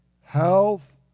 health